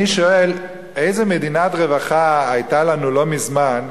אני שואל: איזו מדינת רווחה היתה לנו לא מזמן,